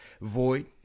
void